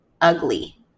ugly